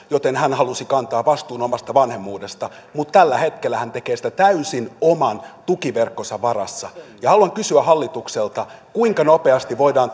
joten hän halusi kantaa vastuun omasta vanhemmuudestaan mutta tällä hetkellä hän tekee sitä täysin oman tukiverkkonsa varassa haluan kysyä hallitukselta kuinka nopeasti voidaan